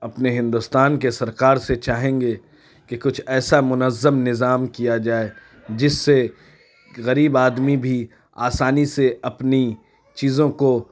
اپنے ہندوستان کے سرکار سے چاہیں گے کہ کچھ ایسا منظم نظام کیا جائے جس سے غریب آدمی بھی آسانی سے اپنی چیزوں کو